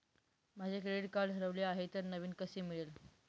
माझे credit card हरवले आहे तर नवीन कसे मिळेल?